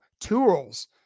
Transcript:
tools